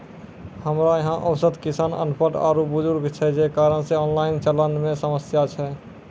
हमरा यहाँ औसत किसान अनपढ़ आरु बुजुर्ग छै जे कारण से ऑनलाइन चलन मे समस्या छै?